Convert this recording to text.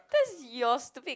that's your stupid